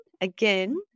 again